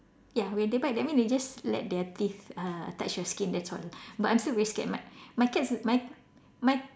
ya when they bite that mean they just they just let their teeth uh touch your skin that's all but I'm still very sacred my my cats my my